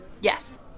Yes